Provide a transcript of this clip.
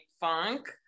funk